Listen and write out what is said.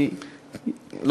אם תצטרך נוסיף לך.